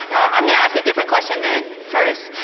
i'm going to ask a different question then first.